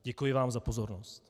Děkuji vám za pozornost.